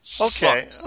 Okay